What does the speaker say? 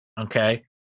Okay